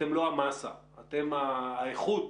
המסה, אתם האיכות